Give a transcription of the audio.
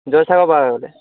জয়সাগৰ পাৰলৈ